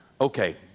okay